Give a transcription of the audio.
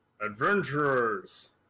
Adventurers